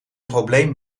probleem